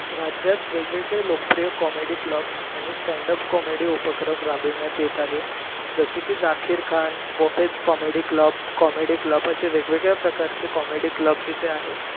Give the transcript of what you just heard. राज्यात वेगवेगळे लोकप्रिय कॉमेडी क्लब आणि स्टँडअप कॉमेडी उपक्रम राबविण्यात येत आहे जसे की जाखीर खान बोफेज कॉमेडी क्लब कॉमेडी क्लब असे वेगवेगळ्या प्रकारचे कॉमेडी क्लबज् तिथे आहेत